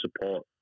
support